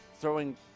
throwing